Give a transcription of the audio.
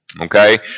okay